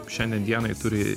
šiandien dienai turi